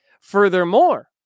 Furthermore